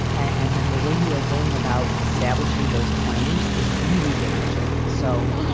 and then the way you are going about establishing those claims is really damaging so,